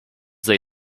they